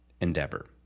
endeavor